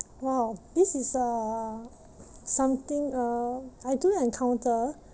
!wow! this is uh something uh I do encounter